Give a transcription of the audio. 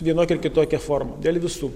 vienokia ar kitokia forma dėl visų